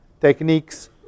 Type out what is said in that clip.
techniques